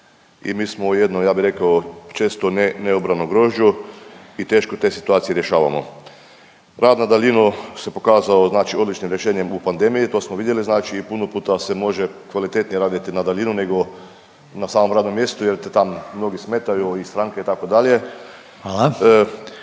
i mi smo u jednoj ja bi rekao često neobranom grožđu i teško te situacije rješavamo. Rad na daljinu se pokazao znači odličnim rješenjem u pandemiji i to smo vidjeli znači i puno puta se može kvalitetnije raditi na daljinu nego na samom radnom mjestu jer te tam mnogi smetaju i stranke itd.